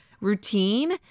routine